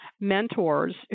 mentors